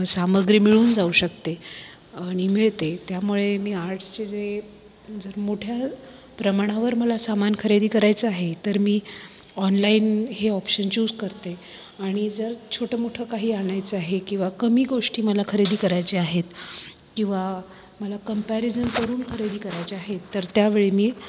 सामग्री मिळून जाऊ शकते आणि मिळते त्यामुळे मी आर्टसच जे मोठ्या प्रमाणावर मला सामान खरेदी करायचं आहे तर मी ऑनलाईन हे ऑपशन चुस करते आणि जर छोटं मोठं काही आणायचं आहे किंवा कमी गोष्टी मला खरेदी करायचे आहेत किंवा मला कंपॅरिजन करून खरेदी करायची आहे तर त्यावेळी मी